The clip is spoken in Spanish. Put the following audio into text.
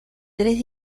tres